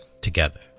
together